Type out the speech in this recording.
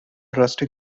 rustic